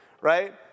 right